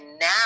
now